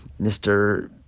Mr